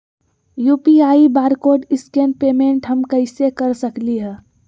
UPI barcode scan payment हम कईसे कर सकली ह?